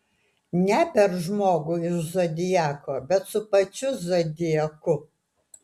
ne per žmogų iš zodiako bet su pačiu zodiaku